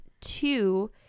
two